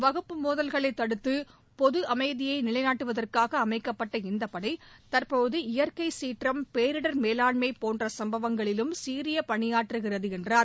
வகுப்பு மோதல்களை தடுத்து பொது அமைதியை நிலைநாட்டுவதற்காக அமைக்கப்பட்ட இந்தப்படை தற்போது இயற்கைசீற்றம் பேரிடர் மேலாண்மை போன்ற சும்பவங்களிலும் சீரிய பணியாற்றுகிறது என்றார்